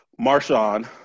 Marshawn